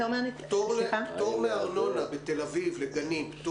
פטור מארנונה לגנים בתל אביב.